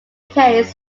case